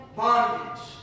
bondage